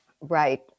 Right